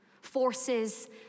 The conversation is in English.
forces